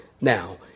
Now